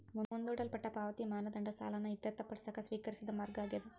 ಮುಂದೂಡಲ್ಪಟ್ಟ ಪಾವತಿಯ ಮಾನದಂಡ ಸಾಲನ ಇತ್ಯರ್ಥಪಡಿಸಕ ಸ್ವೇಕರಿಸಿದ ಮಾರ್ಗ ಆಗ್ಯಾದ